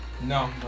No